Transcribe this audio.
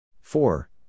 Four